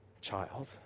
child